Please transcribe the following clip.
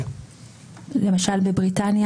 השיפוטית שהיא עקרון יסוד בהפרת רשויות ובאמון